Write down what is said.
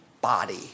body